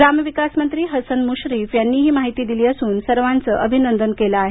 ग्रामविकासमंत्री हसन मुश्रीफ यांनी ही माहिती दिली असून सर्वांचं अभिनंदन केलं आहे